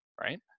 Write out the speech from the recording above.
right